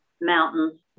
Mountains